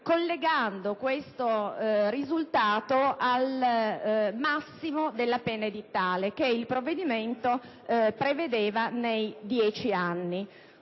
collegando questo risultato al massimo della pena edittale, che il provvedimento prevedeva in dieci anni.